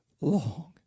long